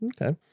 okay